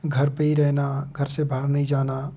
घर पर ही रहना घर से बाहर नहीं जाना